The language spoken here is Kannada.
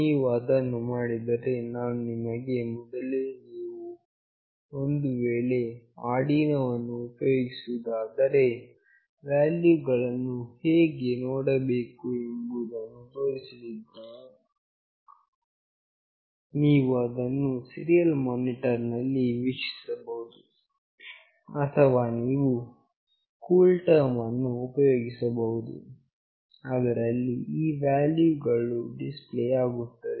ನೀವು ಅದನ್ನು ಮಾಡಿದರೆ ನಾನು ನಿಮಗೆ ಮೊದಲೇ ನೀವು ಒಂದು ವೇಳೆ ಆರ್ಡಿನೋವನ್ನು ಉಪಯೋಗಿಸುವುದಾದರೆ ವ್ಯಾಲ್ಯೂಗಳನ್ನು ಹೇಗೆ ನೋಡಬೇಕು ಎಂಬುದನ್ನು ತೋರಿಸಿದ್ದೇನೆ ನೀವು ಅದನ್ನು ಸೀರಿಯಲ್ ಮಾನಿಟರ್ ನಲ್ಲಿ ವೀಕ್ಷಿಸಬಹುದು ಅಥವಾ ನೀವು ಕೂಲ್ಟರ್ಮ್ ಅನ್ನು ಉಪಯೋಗಿಸಬಹುದು ಅದರಲ್ಲಿ ಈ ವ್ಯಾಲ್ಯೂ ಗಳು ಡಿಸ್ಪ್ಲೇ ಆಗುತ್ತದೆ